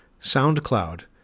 SoundCloud